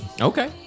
Okay